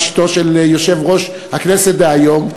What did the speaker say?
אשתו של יושב-ראש הכנסת דהיום,